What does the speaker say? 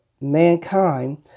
mankind